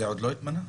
זה עוד לא התמנה?